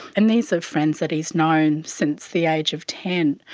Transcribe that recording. and these are friends that he has known since the age of ten.